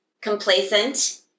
complacent